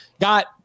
got